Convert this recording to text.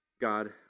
God